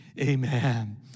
Amen